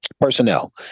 Personnel